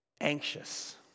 Anxious